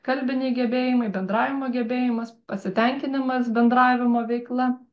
kalbiniai gebėjimai bendravimo gebėjimas pasitenkinimas bendravimo veikla